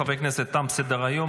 חברי הכנסת, תם סדר-היום.